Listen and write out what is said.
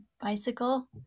bicycle